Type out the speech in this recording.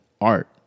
art